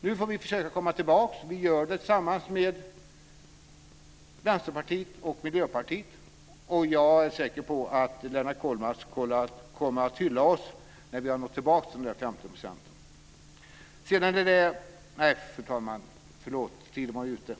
Nu får vi försöka komma tillbaka. Vi gör det tillsammans med Vänsterpartiet och Miljöpartiet. Jag är säker på att Lennart Kollmats kommer att hylla oss när vi har nått tillbaka till de 15 procenten.